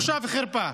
בושה וחרפה.